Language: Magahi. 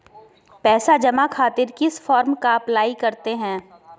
पैसा जमा खातिर किस फॉर्म का अप्लाई करते हैं?